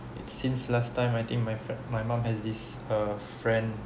it since last time I think my my mum has this uh friend